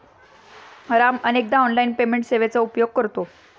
राम अनेकदा online payment सेवेचा उपयोग करतो